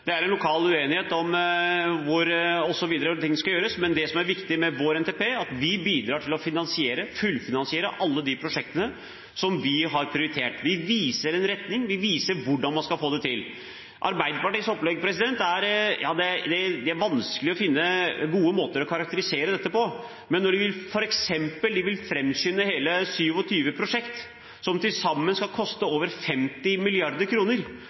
Det er en lokal uenighet om hvordan det skal gjøres, men det som er viktig med vår NTP, er at vi bidrar til å fullfinansiere alle de prosjektene som vi har prioritert. Vi viser retning, og vi viser hvordan man skal få det til. Arbeiderpartiets opplegg er det vanskelig å finne gode måter å karakterisere. Men når de f.eks. vil framskynde hele 27 prosjekter, som til sammen skal koste over 50